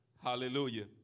Hallelujah